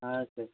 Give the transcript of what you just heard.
हाँ सर